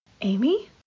Amy